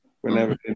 whenever